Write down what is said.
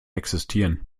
existieren